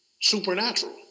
supernatural